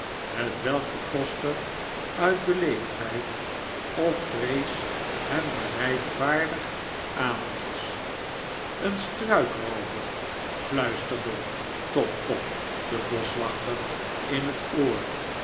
hetwelk de koster uit beleefdheid of vrees hem bereidvaardig aanwees een struikroover fluisterde tom cobb den boschwachter in het oor